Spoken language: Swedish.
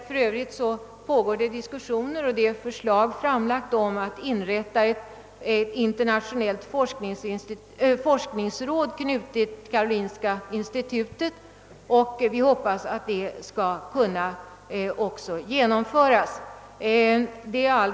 För närvarande pågår för övrigt diskussioner om att inrätta ett internationellt forskningsråd knutet till karolinska institutet. Förslag härom har lagts fram, och vi hoppas att ett sådant råd kommer till stånd.